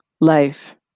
life